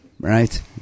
Right